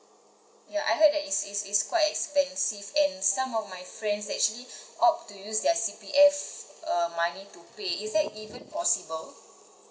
ya I heard that is is is quite expensive and some of my friends actually opt to use their C_P_F uh money to pay is that even possible